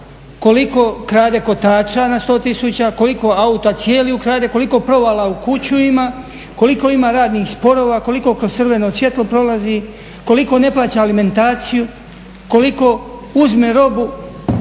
koliko krade kotača na 100 tisuća, koliko auta cijelih ukrade, koliko provala u kuću ima, koliko ima radnih sporova, koliko kroz crveno svjetlo prolazi, koliko ne plaća alimentaciju, koliko uzme robu